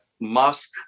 Musk